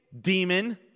demon